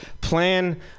plan